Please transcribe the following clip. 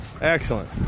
Excellent